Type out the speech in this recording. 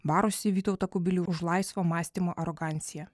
barusi vytautą kubilių už laisvo mąstymo aroganciją